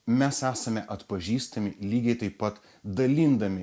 mes esame atpažįstami lygiai taip pat dalindami